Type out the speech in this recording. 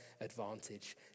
advantage